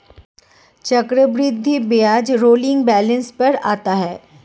चक्रवृद्धि ब्याज rolling balance पर आता है